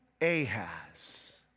Ahaz